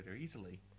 easily